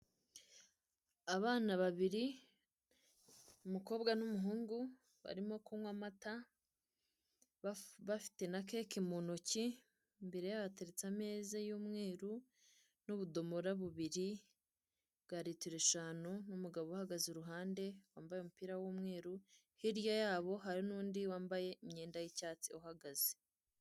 Abana babiri, umukobwa n'umuhungu bari kunywa amata bafite na keke mu ntoki, imbere yabyo hateretse ameza y'umweru n'ubudomora bubiri bwa litiro eshanu n'umugabo uhagaze iruhande wambaye umupira w'umweru, hirya yabo hari n'undi wambaye imyenda y'icyatsi uhagaze.